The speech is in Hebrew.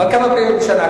מה כמה פעמים בשנה?